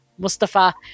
Mustafa